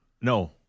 No